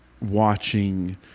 watching